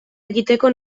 egiteko